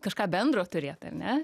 kažką bendro turėt ar ne